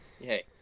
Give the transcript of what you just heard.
Hey